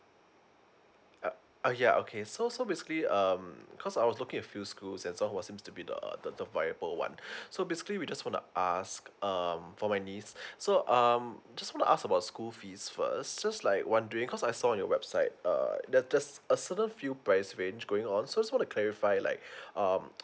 uh ya okay so so basically um cause I was looking at few schools and song hwa seems to be the the viable one so basically we just wanna ask um for my niece so um just wanna ask about school fees first just like wondering cause I saw your website err that's a certain few price range going on so so just want to clarify like um